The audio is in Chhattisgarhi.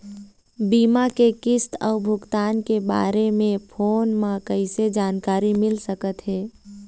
बीमा के किस्त अऊ भुगतान के बारे मे फोन म कइसे जानकारी मिल सकत हे?